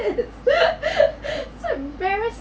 this so embarras~